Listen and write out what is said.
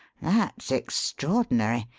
that's extraordinary.